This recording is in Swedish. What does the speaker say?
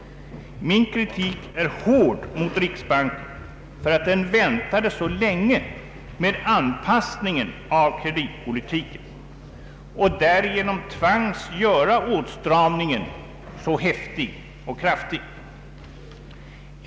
Min kritik är hård mot riksbanken för att den väntade så länge med anpassningen av kreditpolitiken och därigenom tvangs göra åtstramningen så häftig och kraftig.